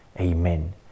Amen